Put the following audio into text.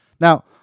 Now